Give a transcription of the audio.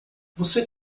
você